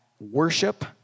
worship